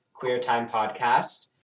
QueerTimePodcast